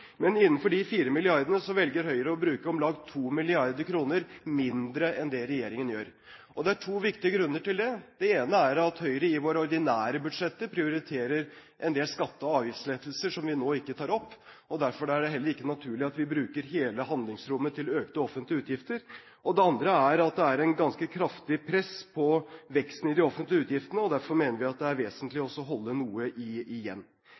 Men innenfor de 4 mrd. kr velger Høyre å bruke om lag 2 mrd. kr mindre enn det regjeringen gjør. Det er to viktige grunner til det. Det ene er at Høyre i sitt ordinære budsjett prioriterer en del skatte- og avgiftslettelser som vi nå ikke tar opp. Derfor er det heller ikke naturlig at vi bruker hele handlingsrommet til økte offentlige utgifter. Det andre er at det er et ganske kraftig press på veksten i de offentlige utgiftene. Derfor mener vi det er vesentlig å holde noe igjen. Innenfor de områdene vi ellers prioriterer, handler det om kunnskap i